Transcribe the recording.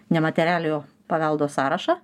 nematerialiojo paveldo sąrašą